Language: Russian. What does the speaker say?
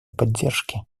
поддержки